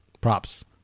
Props